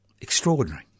Extraordinary